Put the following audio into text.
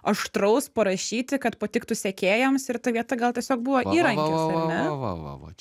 aštraus parašyti kad patiktų sekėjams ir ta vieta gal tiesiog buvo įrankis ane